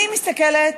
אני מסתכלת